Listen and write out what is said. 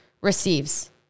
receives